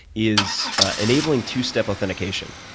is enabling two-step authentication.